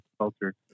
culture